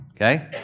Okay